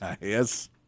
Yes